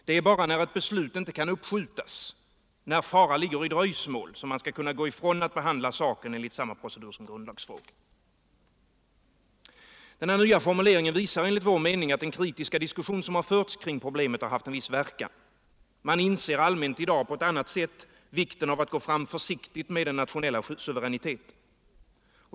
Det är bara när ett beslut inte kan uppskjutas, när fara ligger i ett dröjsmål, som man skall kunna gå ifrån att behandla ärendet enligt samma procedur som gäller för grundlagsfrågor. Den nya formuleringen visar enligt vår mening att den kritiska diskussion som förts kring problemet har haft en viss verkan. Man inser allmänt i dag på ett annat sätt vikten av att gå fram försiktigt med den nationella suveräniteten.